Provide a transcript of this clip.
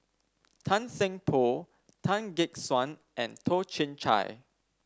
Tan Seng Poh Tan Gek Suan and Toh Chin Chye